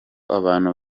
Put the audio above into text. abantu